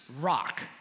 rock